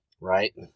Right